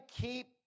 keep